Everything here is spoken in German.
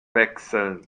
wechseln